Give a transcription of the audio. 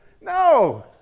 no